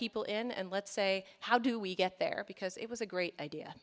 people in and let's say how do we get there because it was a great idea